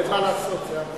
אין מה לעשות, זאת הפרוצדורה.